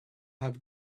have